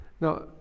Now